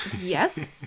Yes